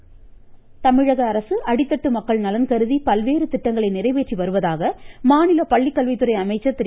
செங்கோட்டையன் தமிழக அரசு அடித்தட்டு மக்கள் நலன்கருதி பல்வேறு திட்டங்களை நிறைவேற்றி வருவதாக மாநில பள்ளிக்கல்வித்துறை அமைச்சர் திரு